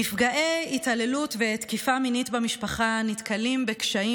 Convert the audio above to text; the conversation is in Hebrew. נפגעי התעללות ותקיפה מינית במשפחה נתקלים בקשיים